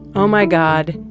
oh, my god.